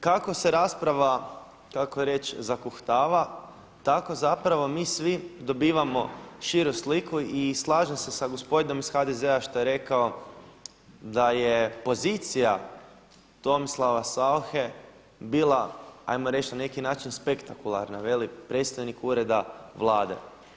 Kako se rasprava tako reći zakuhava, tako zapravo mi svi dobivamo širu sliku i slažem se sa gospodinom iz HDZ-a što je rekao da je pozicija Tomislava Sauche bila 'ajmo reći na neki način spektakularna, veli predstojnik Ureda Vlade.